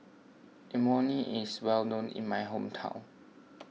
Imoni is well known in my hometown